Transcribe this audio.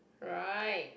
right